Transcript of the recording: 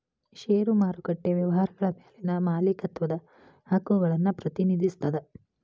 ಷೇರು ಮಾರುಕಟ್ಟೆ ವ್ಯವಹಾರಗಳ ಮ್ಯಾಲಿನ ಮಾಲೇಕತ್ವದ ಹಕ್ಕುಗಳನ್ನ ಪ್ರತಿನಿಧಿಸ್ತದ